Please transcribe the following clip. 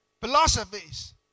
philosophies